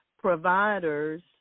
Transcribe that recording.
Providers